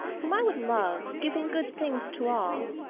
whom i would love, giving good things to all,